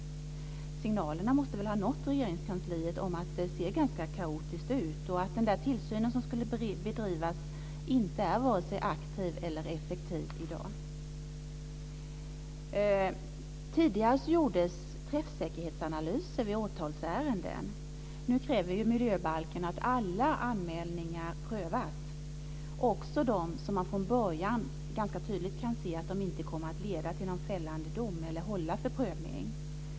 Signalerna måste väl ha nått Regeringskansliet om att det ser ganska kaotiskt ut och att den där tillsynen som skulle bedrivas inte är vare sig aktiv eller effektiv i dag. Tidigare gjordes träffsäkerhetsanalyser vid åtalsärenden. Nu kräver miljöbalken att alla anmälningar ska prövas, också de anmälningar som man från början ganska tydligt kan se inte kommer att leda till någon fällande dom eller hålla för prövning.